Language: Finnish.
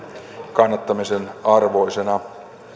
kannattamisen arvoisena